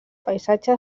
paisatge